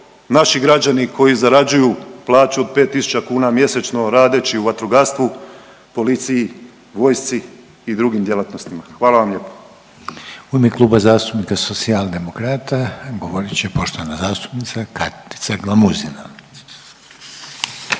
naši građani koji zarađuju plaću od 5 tisuća kuna mjesečno radeći u vatrogastvu, policiji, vojsci i drugim djelatnostima. Hvala vam lijepo. **Reiner, Željko (HDZ)** U ime Kluba zastupnika Socijaldemokrata govorit će poštovana zastupnica Katica Glamuzina